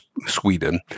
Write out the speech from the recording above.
Sweden